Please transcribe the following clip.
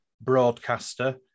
broadcaster